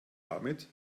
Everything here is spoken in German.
damit